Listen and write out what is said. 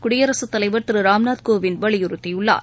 குடியரசுத்தலைவர் திரு ராம்நாத் கோவிந்த் வலியுறுத்தியுள்ளார்